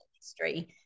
history